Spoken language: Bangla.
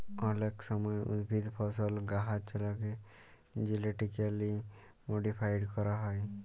অলেক সময় উদ্ভিদ, ফসল, গাহাচলাকে জেলেটিক্যালি মডিফাইড ক্যরা হয়